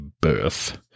birth